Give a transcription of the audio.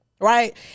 right